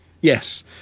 Yes